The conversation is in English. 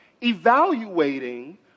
evaluating